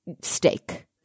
steak